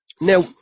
Now